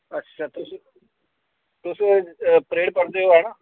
अच्छा तुस परेड पढ़दे ओ ना